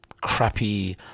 crappy